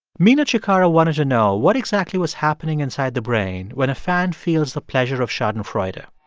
mina cikara wanted to know what exactly was happening inside the brain when a fan feels the pleasure of schadenfreude ah